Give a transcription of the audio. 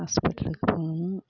ஹாஸ்பெட்டலுக்கு போனால்